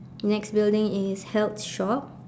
next building is health shop